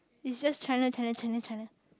is just China China China China